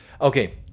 okay